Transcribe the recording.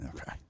okay